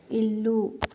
ఇల్లు